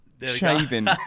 shaving